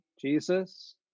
jesus